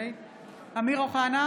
(קוראת בשמות חברי הכנסת) אמיר אוחנה,